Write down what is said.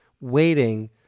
waiting